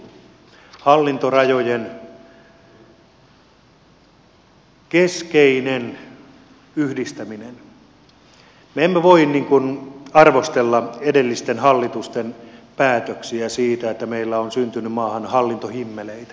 me emme voi arvostella edellisten hallitusten päätöksiä siitä että meillä on syntynyt maahan hallintohimmeleitä